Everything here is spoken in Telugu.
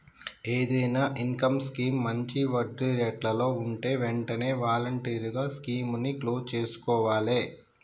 ఏదైనా ఇన్కం స్కీమ్ మంచి వడ్డీరేట్లలో వుంటే వెంటనే వాలంటరీగా స్కీముని క్లోజ్ చేసుకోవాలే